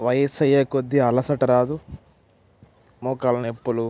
వయసు అయ్యే కొద్ది అలసట రాదు మోకాళ్ళ నొప్పులు